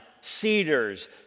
cedars